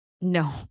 No